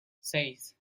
seis